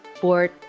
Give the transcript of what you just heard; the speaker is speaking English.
board